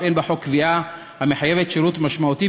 אף אין בחוק קביעה המחייבת שירות משמעותי,